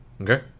Okay